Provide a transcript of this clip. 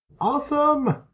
Awesome